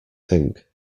think